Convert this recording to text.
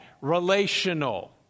relational